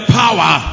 power